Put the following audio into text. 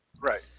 Right